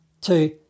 two